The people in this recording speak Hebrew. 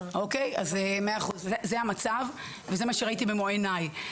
אז זה המצב וזה מה שראיתי במו עיניי.